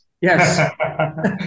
yes